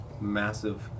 massive